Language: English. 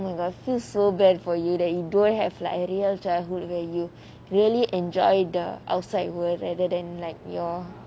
oh my god feels so bad for you that you don't have like a real childhood where you really enjoy the outside world rather than you know